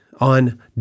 on